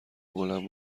بلند